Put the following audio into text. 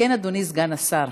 כן, אדוני סגן השר.